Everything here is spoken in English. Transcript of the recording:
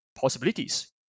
possibilities